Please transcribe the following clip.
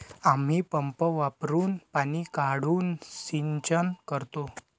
आम्ही पंप वापरुन पाणी काढून सिंचन करतो